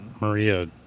Maria